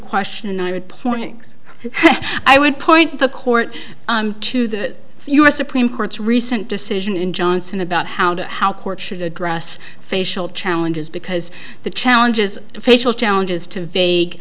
question and i would point i would point the court to that u s supreme court's recent decision in johnson about how to how courts should address facial challenges because the challenges facial challenges to vague